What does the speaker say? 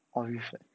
oh reflect